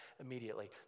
immediately